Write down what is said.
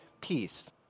peace